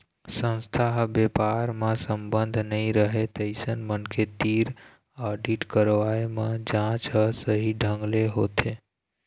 संस्था य बेपार म संबंध नइ रहय तइसन मनखे तीर आडिट करवाए म जांच ह सही ढंग ले होथे